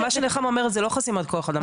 מה שנחמה אומרת זו לא חסימת כוח אדם.